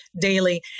daily